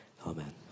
Amen